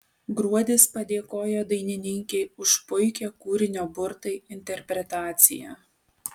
gruodis padėkojo dainininkei už puikią kūrinio burtai interpretaciją